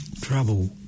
trouble